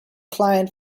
client